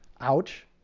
Ouch